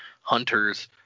hunters